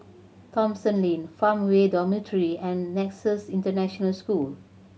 Thomson Lane Farmway Dormitory and Nexus International School